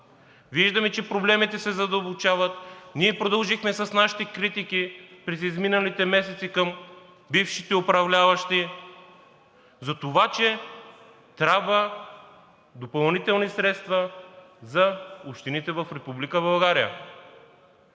Виждаме, че проблемите се задълбочават, а ние продължихме с нашите критики през изминалите месеци към бившите управляващи за това, че трябват допълнителни средства за общините в